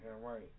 right